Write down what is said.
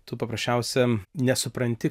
tu paprasčiausia nesupranti